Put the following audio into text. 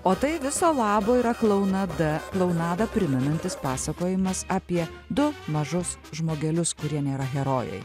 o tai viso labo yra klounada klounadą primenantis pasakojimas apie du mažus žmogelius kurie nėra herojai